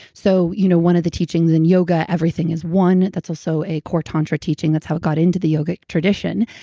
so you know, one of the teachings in yoga, everything is one, that's also a core tantra teaching. that's how it got into the yoga tradition.